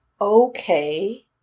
Okay